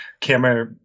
camera